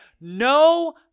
No